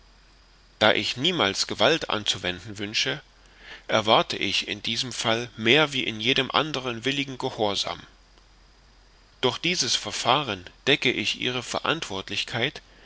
da ich niemals gewalt anzuwenden wünsche erwarte ich in diesem fall mehr wie in jedem anderen willigen gehorsam durch dieses verfahren decke ich ihre verantwortlichkeit